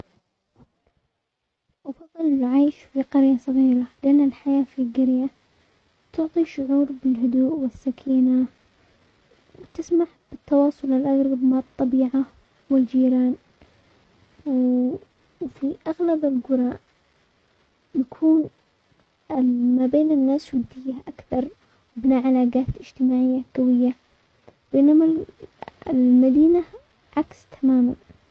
افضل العيش في قرية صغيرة، لان الحياة في قرية تعطي شعور بالهدوء والسكينة وتسمح بالتواصل الاقرب مع الطبيعة والجيران، و-وفي اغلب القرى يكون ما بين الناس والدنيا اكثر وبناء علاقات اجتماعية قوية، بينما المدينة عكس تماما.